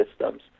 systems